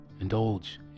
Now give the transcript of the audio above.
indulge